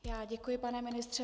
Já děkuji, pane ministře.